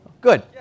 Good